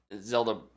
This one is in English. Zelda